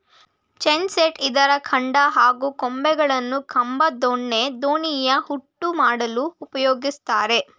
chestnut ಇದ್ರ ಕಾಂಡ ಹಾಗೂ ಕೊಂಬೆಗಳನ್ನು ಕಂಬ ದೊಣ್ಣೆ ದೋಣಿಯ ಹುಟ್ಟು ಮಾಡಲು ಉಪಯೋಗಿಸ್ತಾರೆ